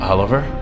Oliver